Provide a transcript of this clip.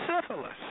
syphilis